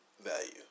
value